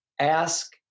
ask